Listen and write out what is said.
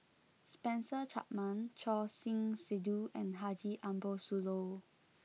Spencer Chapman Choor Singh Sidhu and Haji Ambo Sooloh